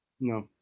no